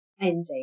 ending